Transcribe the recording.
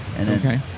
Okay